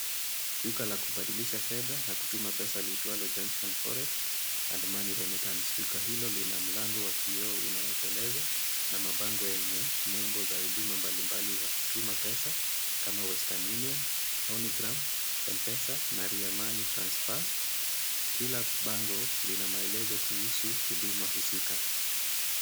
Duka la kubadilisha fedha na kutuma pesa liitwalo Junction Forex and Money Remittance . Duka hilo lina mlango wa kioo unaoteleza na mabango yenye nembo za huduma mbalimbali za kutuma pesa kama Western Union, Money Gram , M-Pesa na Ria Money Transfer . Kila bango lina maelezo kuhusu huduma husika.